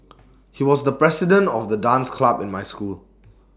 he was the president of the dance club in my school